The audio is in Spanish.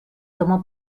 tomó